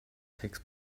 takes